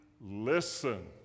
listen